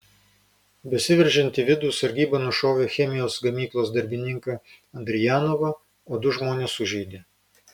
besiveržiant į vidų sargyba nušovė chemijos gamyklos darbininką andrijanovą o du žmones sužeidė